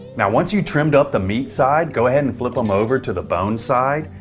now once you've trimmed up the meat side, go ahead and flip them over to the bone side,